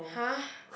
!huh!